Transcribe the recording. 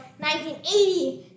1980